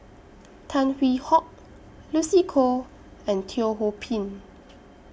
Tan Hwee Hock Lucy Koh and Teo Ho Pin